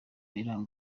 biranga